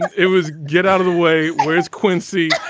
it was. get out of the way. where's quincy?